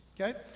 okay